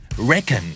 Reckon